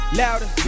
louder